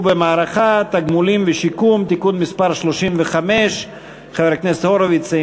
במערכה (תגמולים ושיקום) (תיקון מס' 35). חבר הכנסת הורוביץ,